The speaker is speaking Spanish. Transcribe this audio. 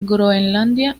groenlandia